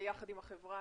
ולחברה